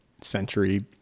century